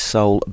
Soul